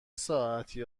ساعتی